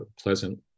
pleasant